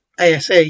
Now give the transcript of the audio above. ASE